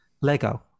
Lego